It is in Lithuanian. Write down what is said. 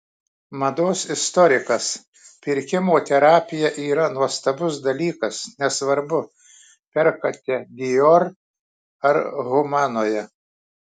mados istorikas pirkimo terapija yra nuostabus dalykas nesvarbu perkate dior ar humanoje